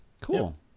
cool